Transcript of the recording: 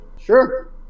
Sure